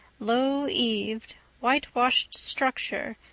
low-eaved, whitewashed structure,